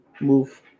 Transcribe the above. move